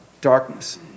darkness